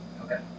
Okay